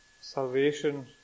Salvation